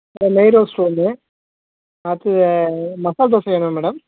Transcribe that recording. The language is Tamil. நெய் ரோஸ்ட் ஒன்று அடுத்தது மசால் தோசை வேணுமா மேடம்